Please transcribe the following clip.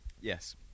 Yes